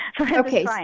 okay